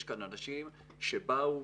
יש כאן אנשים שבאו,